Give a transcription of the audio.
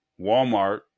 Walmart